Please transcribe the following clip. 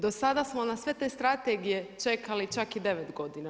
Do sada smo na sve te strategije čekali čak i 9 godina.